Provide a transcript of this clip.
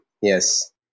yes